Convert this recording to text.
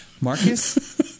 Marcus